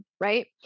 right